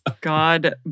God